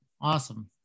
awesome